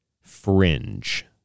fringe